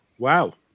Wow